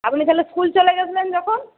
আপনি তাহলে স্কুল চলে গেছিলেন যখন